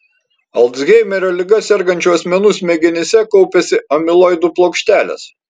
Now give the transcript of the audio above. alzheimerio liga sergančių asmenų smegenyse kaupiasi amiloidų plokštelės